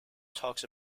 talks